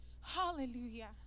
Hallelujah